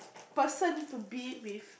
person to be with